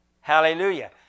Hallelujah